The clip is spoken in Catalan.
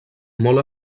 molt